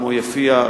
יפיע,